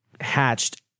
hatched